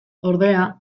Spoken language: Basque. ordea